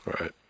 right